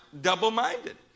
double-minded